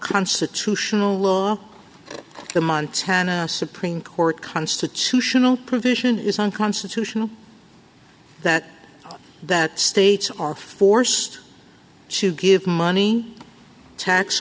constitutional law the montana supreme court constitutional provision is unconstitutional that that states are forced to give money tax